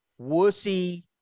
wussy